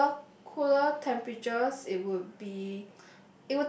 cooler cooler temperatures it would be